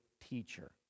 teacher